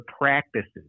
practices